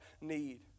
need